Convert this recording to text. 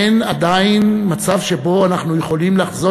אין עדיין מצב שבו אנחנו יכולים לחזות